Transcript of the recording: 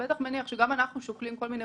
בטח מניח שגם אנחנו שוקלים כל מיני